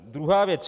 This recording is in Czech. Druhá věc.